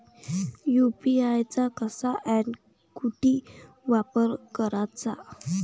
UPI चा कसा अन कुटी वापर कराचा?